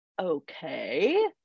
okay